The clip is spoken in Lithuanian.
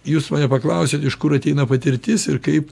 jūs mane paklausit iš kur ateina patirtis ir kaip